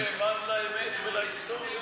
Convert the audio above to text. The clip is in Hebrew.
הוא פשוט נאמן לאמת ולהיסטוריה.